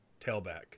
tailback